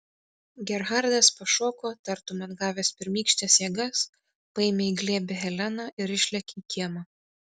gerhardas pašoko tartum atgavęs pirmykštes jėgas paėmė į glėbį heleną ir išlėkė į kiemą